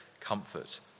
comfort